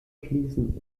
schließen